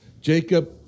Jacob